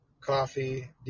coffee